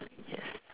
yes